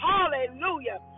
Hallelujah